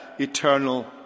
eternal